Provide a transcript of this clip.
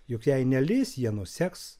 juk jei nelis jie nuseks